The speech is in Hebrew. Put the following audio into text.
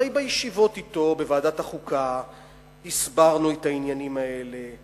הרי בישיבות אתו בוועדת החוקה הסברנו את העניינים האלה,